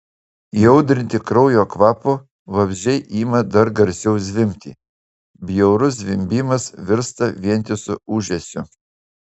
įaudrinti kraujo kvapo vabzdžiai ima dar garsiau zvimbti bjaurus zvimbimas virsta vientisu ūžesiu